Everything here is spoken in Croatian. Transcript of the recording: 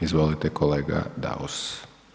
Izvolite kolega Daus.